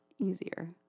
easier